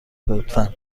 لطفا